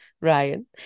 Ryan